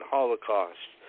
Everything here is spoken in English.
Holocaust